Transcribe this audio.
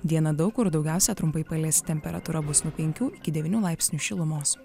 dieną daug kur daugiausia trumpai palis temperatūra bus nuo penkių iki devynių laipsnių šilumos